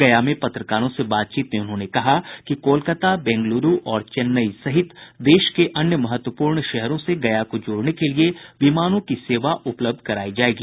गया में पत्रकारों से बातचीत में उन्होंने कहा कि कोलकाता बेंगलुरू और चेन्नई सहित देश के अन्य महत्वपूर्ण शहरों से गया को जोड़ने के लिए विमानों की सेवा उपलब्ध करायी जायेगी